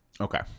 Okay